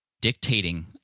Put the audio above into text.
dictating